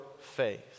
faith